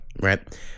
Right